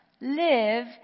Live